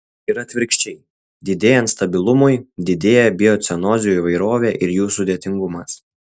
ir atvirkščiai didėjant stabilumui didėja biocenozių įvairovė ir jų sudėtingumas